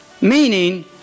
meaning